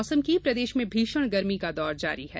मौसम प्रदेश में भीषण गर्मी का दौर जारी है